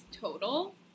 total